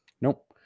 Nope